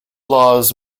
laws